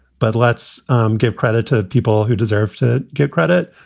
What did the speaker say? but let's give credit to people who deserve to get credit.